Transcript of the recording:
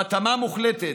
בהתאמה מוחלטת,